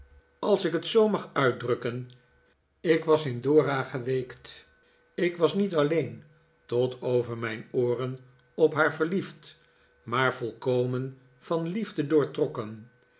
als ik het zoo mag uitdrukken ik was in dora geweekt ik was niet alleen tot over mijn ooren op haar verliefd maar volkomen van liefde doortrokken